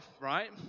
right